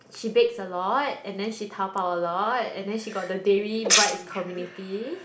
she bakes a lot and then she Taobao a lot and then she got the Dayre brides community